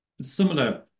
similar